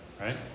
right